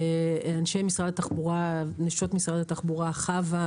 לאנשי משרד התחבורה ולנשות משרד התחבורה חוה,